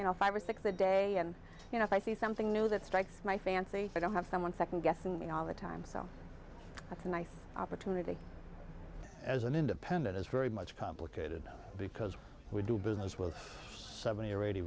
you know five or six a day and you know if i see something new that strikes my fancy i don't have someone second guessing me all the time so that's a nice opportunity as an independent is very much complicated because we do business with seventy or eighty